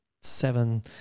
seven